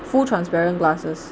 full transparent glasses